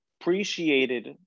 appreciated